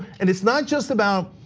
and it's not just about